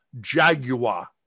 Jaguar